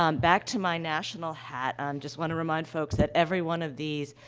um back to my national hat um, just want to remind folks that every one of these,